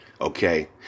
Okay